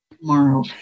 tomorrow